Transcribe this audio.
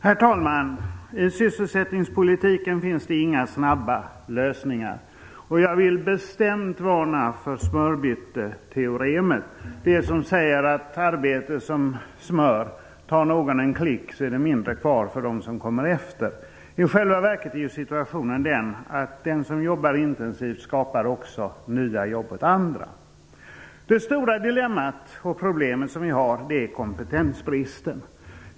Herr talman! I sysselsättningspolitiken finns det inga snabba lösningar. Jag vill bestämt varna för smörbytteteoremet, det som säger att arbete är som smör - tar någon en klick så blir det mindre kvar för dem som kommer efter. I själva verket är situationen den att den som jobbar intensivt också skapar nya jobb åt andra. Det stora dilemmat och problemet som vi har är kompetensbristen.